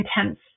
intense